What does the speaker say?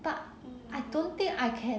but I don't think I can